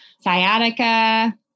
sciatica